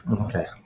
okay